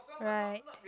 right